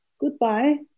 Goodbye